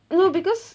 no because